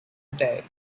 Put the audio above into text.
day